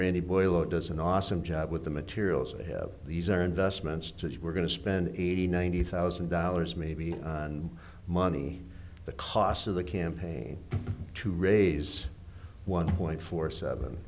randy boileau does an awesome job with the materials these are investments to we're going to spend eighty ninety thousand dollars maybe and money the cost of the campaign to raise one point four seven